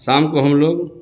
شام کو ہم لوگ